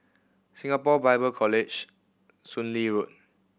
Singapore Bible College Soon Lee Road